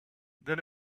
then